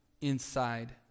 inside